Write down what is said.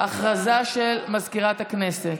הודעה למזכירת הכנסת.